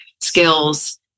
skills